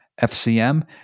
FCM